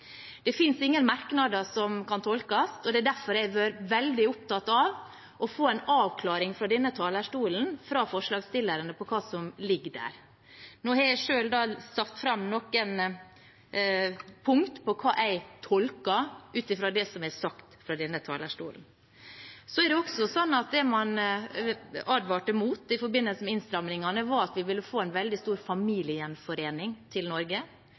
Det finnes ingen merknader som kan tolkes, og det er derfor jeg har vært veldig opptatt av å få en avklaring fra denne talerstolen fra forslagsstillerne på hva som ligger i forslaget. Nå har jeg selv satt fram noen punkt på hva jeg tolker ut ifra det som er sagt fra denne talerstolen. Det er også sånn at det man advarte mot i forbindelse med innstrammingene var at vi ville få en veldig stor grad av familiegjenforening til Norge.